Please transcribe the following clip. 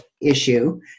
issue